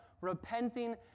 repenting